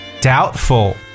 doubtful